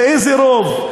ואיזה רוב?